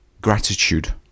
gratitude